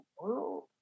world